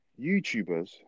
YouTubers